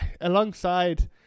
alongside